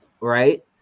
right